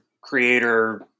creator